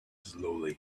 slowly